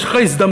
יש לך הזדמנות,